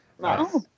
Nice